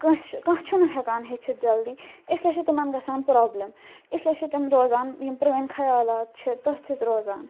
کٲنٛسہِ چھُ کانٛہہ چھُنہٕ ہیٚکان ہیٚچھِتھ جلدی اس لیے چھ تِمن گَژھان پرٛابلم اس لیے چھِ تِم روزان یم پرٛٲنۍ خیالات چھِ تٔتھۍ سۭتۍ روزان